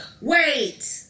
Wait